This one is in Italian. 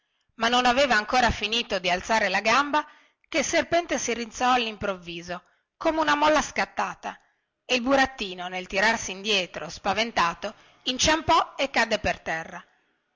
ma non aveva ancora finito di alzare la gamba che il serpente si rizzò allimprovviso come una molla scattata e il burattino nel tirarsi indietro spaventato inciampò e cadde per terra